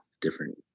different